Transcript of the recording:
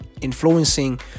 influencing